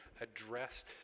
addressed